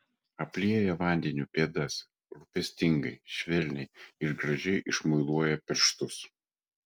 aplieja vandeniu pėdas rūpestingai švelniai ir gražiai išmuiluoja pirštus